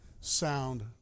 sound